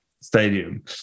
stadium